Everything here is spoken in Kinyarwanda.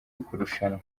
ukurushanwa